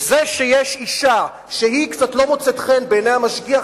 זה שיש אשה שהיא קצת לא מוצאת חן בעיני המשגיח,